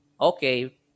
okay